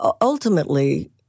Ultimately